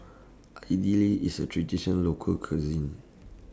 Idly IS A tradition Local Cuisine